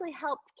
helped